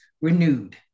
renewed